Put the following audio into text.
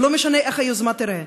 ולא משנה איך היוזמה תיראה.